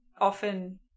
often